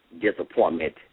disappointment